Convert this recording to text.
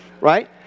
Right